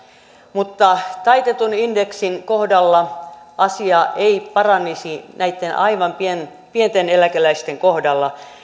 mutta taitetun indeksin kohdalla asia ei paranisi näitten aivan pienten pienten eläkeläisten kohdalla